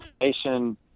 information